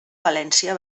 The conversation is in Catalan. valència